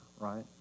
right